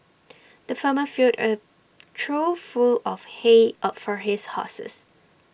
the farmer filled A trough full of hay A for his horses